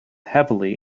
heavily